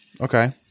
okay